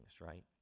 right